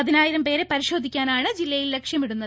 പതിനായിരം പേരെ പരിശോധിക്കാനാണ് ജില്ലയിൽ ലക്ഷ്യമിടുന്നത്